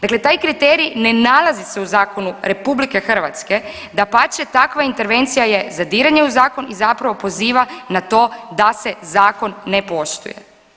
Dakle, taj kriterij ne nalazi se u zakonu RH, dapače takva intervencija je zadiranje u zakon i zapravo poziva na to da se zakon ne poštuje.